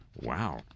Wow